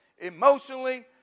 emotionally